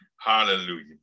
Hallelujah